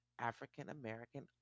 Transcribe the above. African-American